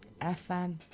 FM